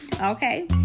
okay